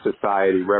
society